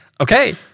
Okay